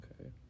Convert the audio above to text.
okay